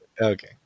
Okay